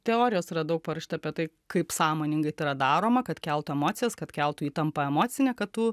teorijos radau parašyta apie tai kaip sąmoningai tai yra daroma kad keltų emocijas kad keltų įtampą emocinę kad tu